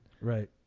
Right